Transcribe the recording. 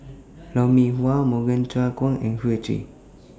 Lou Mee Wah Morgan Chua and Goi Seng Hui